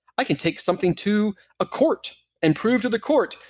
i can take something to a court and prove to the court,